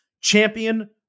champion